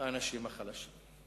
האנשים החלשים.